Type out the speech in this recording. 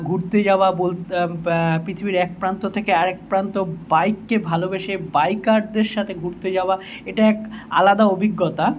ঘুরতে যাওয়া বলতে পৃথিবীর এক প্রান্ত থেকে আরেক প্রান্ত বাইককে ভালোবেসে বাইকারদের সাথে ঘুরতে যাওয়া এটা এক আলাদা অভিজ্ঞতা